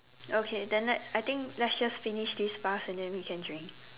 okay then let's I think let's just finish this fast and then we can drink